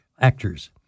actors